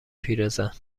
پیرزن